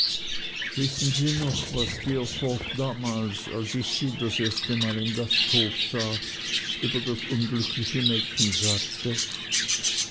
wissen sie noch was steerforth damals als ich sie das erste mal im gasthof sah über das unglückliche mädchen sagte